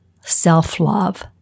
self-love